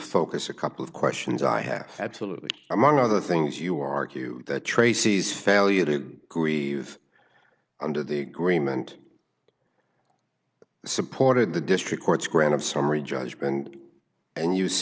focus a couple of questions i have absolutely among other things you argue that tracy's failure to grieve under the agreement supported the district courts grant of summary judgment and